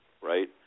right